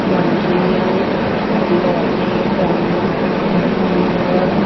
Montreal London burg